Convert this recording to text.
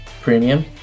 premium